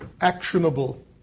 actionable